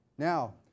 Now